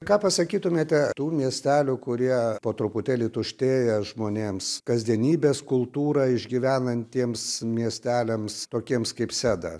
ką pasakytumėte tų miestelių kurie po truputėlį tuštėja žmonėms kasdienybės kultūrą išgyvenantiems miesteliams tokiems kaip seda